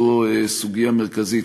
זו סוגיה מרכזית,